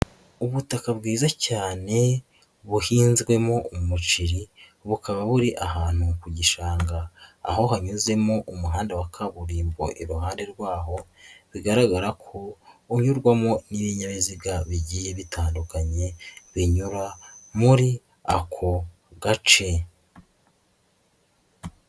Ubutaka bwiza cyane buhinzwemo umuceri, bukaba buri ahantu ku gishanga, aho hanyuzemo umuhanda wa kaburimbo iruhande rwaho, bigaragara ko unyurwamo n'ibinyabiziga bigiye bitandukanye binyura muri ako gace.